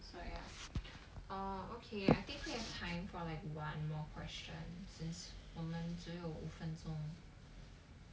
so ya err okay I think still have time for like one more question since 我们只有五分钟